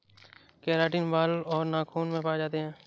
keratin बाल और नाखून में पाए जाते हैं